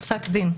פסק דין,